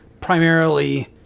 primarily